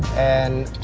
and